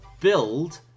build